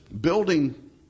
building